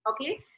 Okay